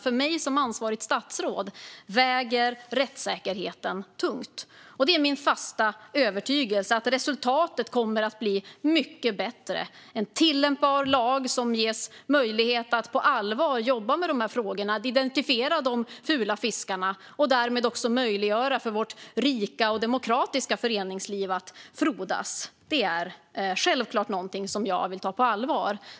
För mig som ansvarigt statsråd väger rättssäkerheten tungt, och det är min fasta övertygelse att resultatet kommer att bli mycket bättre med en tillämpbar lag som ger möjlighet att på allvar jobba med dessa frågor och identifiera de fula fiskarna och därmed möjliggöra för vårt rika och demokratiska föreningsliv att frodas. Det är självklart något som jag vill ta på allvar.